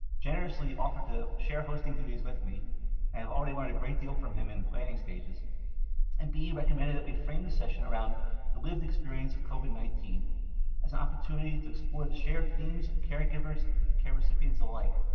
generously offered to share hosting duties with me i have already learned a great deal from him in planning stages and b, recommended that we frame the session around the lived experience of covid nineteen as an opportunity to explore the shared themes of caregivers care recipients alike,